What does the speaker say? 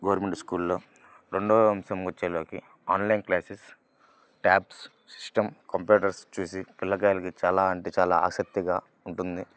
government స్కూల్లో రెండవ అంశం వచ్చేలోకి online classes tabs system computers చూసి పిల్లలకి చాలా అంటే చాలా ఆసక్తిగా ఉంటుంది